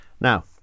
Now